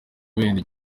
wenda